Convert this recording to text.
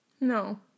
No